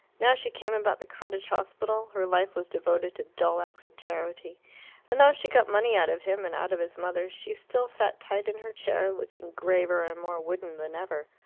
now she came about the cottage hospital her life was devoted to dull acts of charity and though she got money out of him and out of his mother, she still sat tight in her chair, looking graver and more wooden than ever.